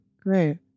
Great